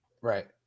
right